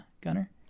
gunner